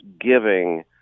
giving